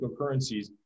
cryptocurrencies